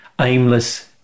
aimless